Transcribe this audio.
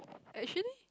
actually